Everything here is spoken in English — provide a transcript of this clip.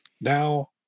now